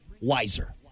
wiser